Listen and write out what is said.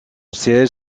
siège